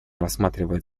рассматривает